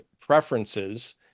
preferences